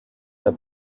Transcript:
der